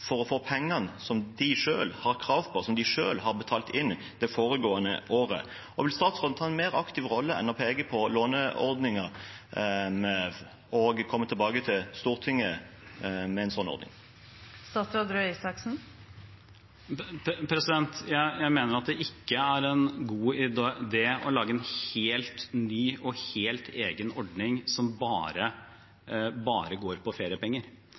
for å få pengene som de selv har krav på, som de selv har betalt inn det foregående året. Vil statsråden ta en mer aktiv rolle enn å peke på låneordninger, og komme tilbake til Stortinget med en slik ordning? Jeg mener at det ikke er en god idé å lage en helt ny og helt egen ordning som bare går på